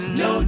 no